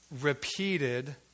repeated